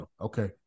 okay